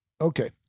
Okay